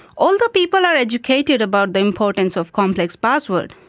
although people are educated about the importance of complex passwords,